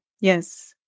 yes